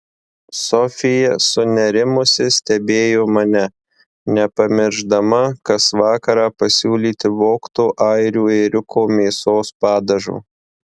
sofija sunerimusi stebėjo mane nepamiršdama kas vakarą pasiūlyti vogto airių ėriuko mėsos padažo